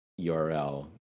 URL